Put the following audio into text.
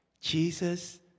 Jesus